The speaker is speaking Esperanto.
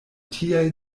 tiaj